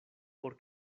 por